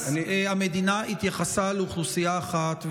בבג"ץ המדינה התייחסה לאוכלוסייה אחרת,